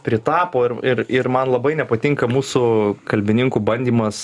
pritapo ir ir ir man labai nepatinka mūsų kalbininkų bandymas